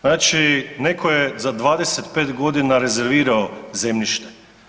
Znači netko je za 25 godina rezervirao zemljište.